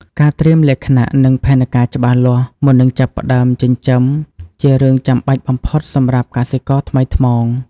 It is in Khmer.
ការត្រៀមលក្ខណៈនិងផែនការច្បាស់លាស់ មុននឹងចាប់ផ្តើមចិញ្ចឹមជារឿងចាំបាច់បំផុតសម្រាប់កសិករថ្មីថ្មោង។